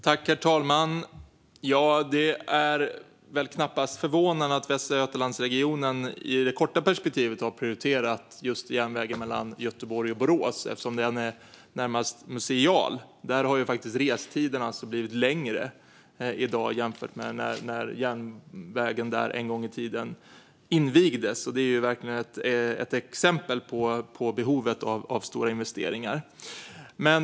Herr talman! Det är knappast förvånande att Västra Götalandsregionen i det korta perspektivet har prioriterat just järnvägen mellan Göteborg och Borås, eftersom den är närmast museal. Där är faktiskt restiden längre i dag jämfört med när järnvägen invigdes, och det är verkligen ett exempel på behovet av stora investeringar.